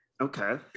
Okay